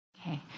Okay